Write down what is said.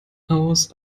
aus